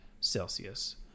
Celsius